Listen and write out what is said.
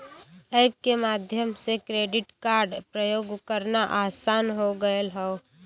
app के माध्यम से क्रेडिट कार्ड प्रयोग करना आसान हो गयल हौ